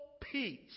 peace